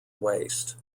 waste